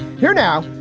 here now,